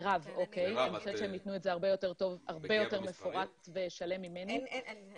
תיתן את זה הרבה מפורט ושלם ממני.